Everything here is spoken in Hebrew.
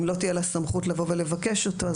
אם לא תהיה לה סמכות לבוא ולבקש אותו,